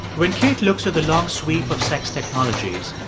when kate looks at the long sweep of sex technologies,